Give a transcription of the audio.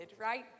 right